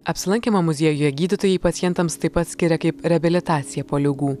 apsilankymą muziejuje gydytojai pacientams taip pat skiria kaip reabilitaciją po ligų